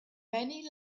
many